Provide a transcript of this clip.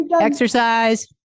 exercise